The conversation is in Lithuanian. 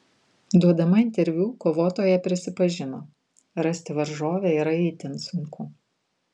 duodama interviu kovotoja prisipažino rasti varžovę yra itin sunku